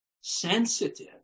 sensitive